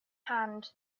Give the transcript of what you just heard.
hand